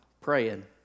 praying